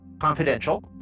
confidential